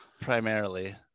Primarily